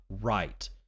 right